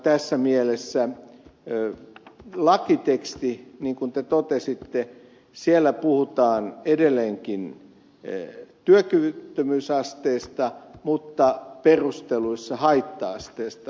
tässä mielessä lakitekstissä niin kuin te totesitte puhutaan edelleenkin työkyvyttömyysasteesta mutta perusteluissa haitta asteesta